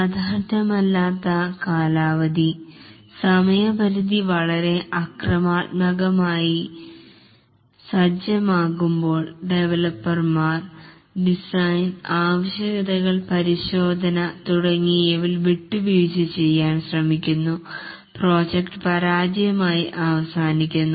യാഥാർത്ഥ്യമല്ലാത്ത കാലാവധി സമയ പരിധി വളരെ അക്രമണന്മാകമായി സജ്ജമാകുമ്പോൾ ഡെവലപ്പർമാർ ഡിസൈൻ ആവശ്യകതകൾ പരിശോധന തുടങ്ങിയവയിൽ വിട്ടുവീഴ്ച ചെയ്യാൻ ശ്രമിക്കുന്നു പ്രോജക്റ്റ് പരാജയമായി അവസാനിക്കുന്നു